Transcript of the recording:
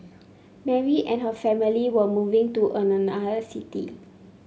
Mary and her family were moving to another city